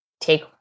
take